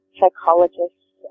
psychologists